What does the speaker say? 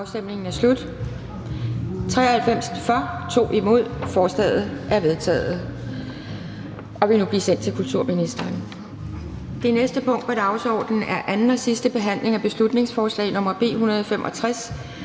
stemte 2 (NB). Lovforslaget er vedtaget og vil nu blive sendt til statsministeren. --- Det næste punkt på dagsordenen er: 27) 2. (sidste) behandling af beslutningsforslag nr.